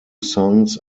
sons